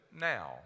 now